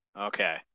Okay